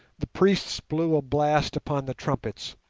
the priests blew a blast upon the trumpets,